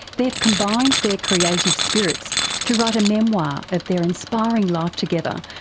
they've combined their creative spirits to write a memoir of their inspiring life together,